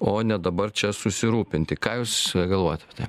o ne dabar čia susirūpinti ką jūs galvojat apie tai